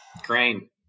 Crane